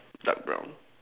dark brown